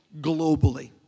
globally